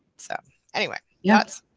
so anyway, yeah thoughts.